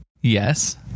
Yes